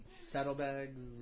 Saddlebags